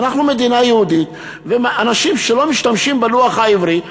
אנחנו מדינה יהודית ויש אנשים שלא משתמשים בלוח העברי,